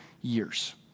years